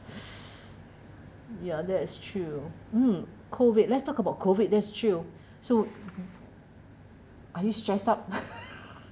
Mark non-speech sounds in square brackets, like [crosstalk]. [breath] ya that is true mm COVID let's talk about COVID that's true so are you stressed up [laughs]